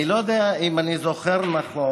אני לא יודע אם אני זוכר נכון,